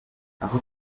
aho